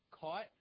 caught